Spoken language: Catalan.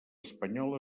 espanyola